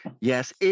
Yes